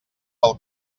pel